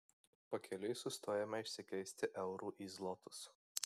pakeliui sustojome išsikeisti eurų į zlotus